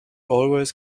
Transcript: always